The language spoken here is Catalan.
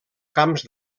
camps